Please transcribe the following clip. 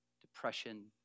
depression